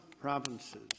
provinces